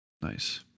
Nice